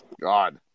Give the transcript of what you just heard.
God